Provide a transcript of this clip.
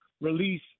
release